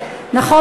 ולכן,